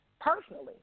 personally